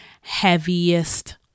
heaviest